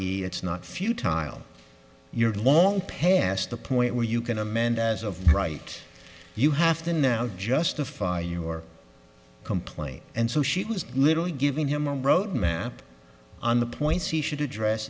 e it's not few tile your long past the point where you can amend as of right you have to now justify your complaint and so she was literally giving him a road map on the points he should address